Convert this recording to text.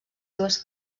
dues